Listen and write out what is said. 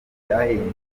byahinduye